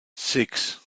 six